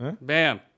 bam